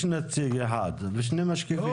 יש נציג אחד ושני משקיפים.